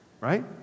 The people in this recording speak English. right